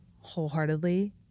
wholeheartedly